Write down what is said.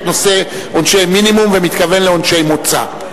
נושא עונשי מינימום ומתכוון לעונשי מוצא.